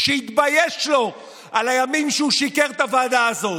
שיתבייש לו על הימים שהוא שיקר לוועדה הזאת.